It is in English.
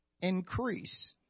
increase